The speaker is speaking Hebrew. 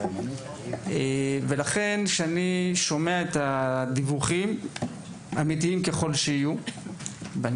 ולכן שאני שומע את הדיווחים אמיתיים ככול שיהיו ואני